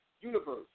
universe